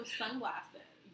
sunglasses